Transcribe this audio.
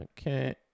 Okay